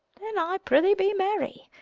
then i prithee be merry.